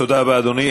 תודה רבה, אדוני.